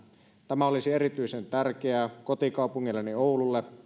tämä olisi erityisen tärkeää kotikaupungilleni oululle